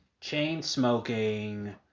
chain-smoking